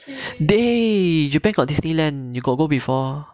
eh japan got disneyland you got go before